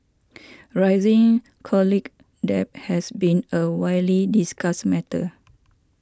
rising college debt has been a widely discussed matter